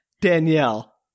Danielle